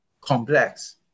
complex